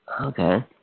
okay